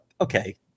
okay